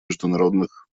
международных